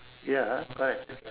ya correct